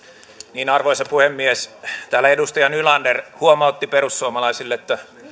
sen arvoisa puhemies täällä edustaja nylander huomautti perussuomalaisille että